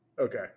Okay